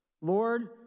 Lord